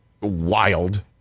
Wild